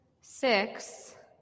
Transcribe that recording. six